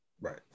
Right